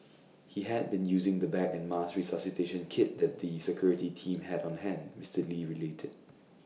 he had been using the bag and mask resuscitation kit the the security team had on hand Mister lee related